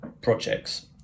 projects